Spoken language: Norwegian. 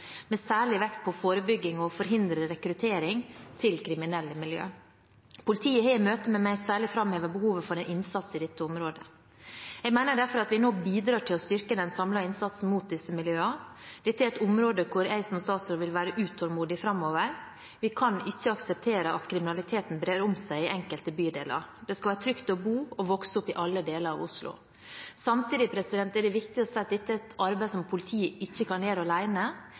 med særlig vekt på forebygging og på å forhindre rekruttering til kriminelle miljø. Politiet har i møte med meg særlig framhevet behovet for en innsats i dette området. Jeg mener derfor at vi nå bidrar til å styrke den samlede innsatsen mot disse miljøene. Dette er et område hvor jeg som statsråd vil være utålmodig framover. Vi kan ikke akseptere at kriminaliteten brer om seg i enkelte bydeler. Det skal være trygt å bo og vokse opp i alle deler av Oslo. Samtidig er det viktig å si at dette er et arbeid som politiet ikke kan gjøre